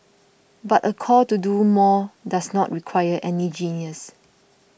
but a call to do more does not require any genius